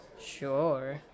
sure